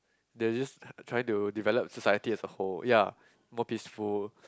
they're just trying to develop society as a whole ya more peaceful